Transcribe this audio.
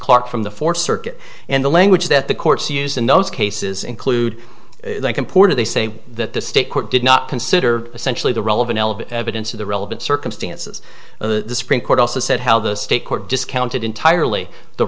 clark from the fourth circuit and the language that the courts used in those cases include comported they say that the state court did not consider essentially the relevant evidence of the relevant circumstances of the supreme court also said how the state court discounted entirely the